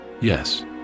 Yes